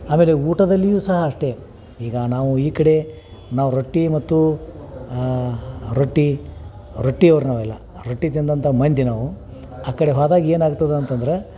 ಆಮೇಲೆ ಊಟದಲ್ಲಿಯೂ ಸಹ ಅಷ್ಟೇ ಈಗ ನಾವು ಈ ಕಡೆ ನಾವು ರೊಟ್ಟಿ ಮತ್ತು ರೊಟ್ಟಿ ರೊಟ್ಟಿಯವ್ರು ನಾವೆಲ್ಲ ರೊಟ್ಟಿ ತಿಂದಂಥ ಮಂದಿ ನಾವು ಆ ಕಡೆ ಹೋದಾಗ ಏನಾಗ್ತದೆ ಅಂತಂದರೆ